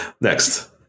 Next